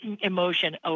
emotion